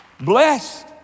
Blessed